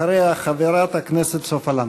אחריה, חברת הכנסת סופה לנדבר.